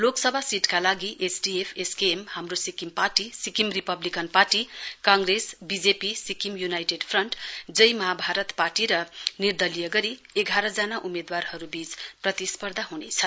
लोकसभा सीटका लागि SDF SKM Hamro Sikkim party Sikkim Republican party Congress BJP Sikkim United Front Jai Mahabharat party र निर्दलीय गरी एघारजना उम्मेद्वारहरू बीच प्रतिस्पर्धा हुनेछ